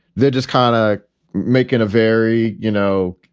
they're just kind of making a very, you know,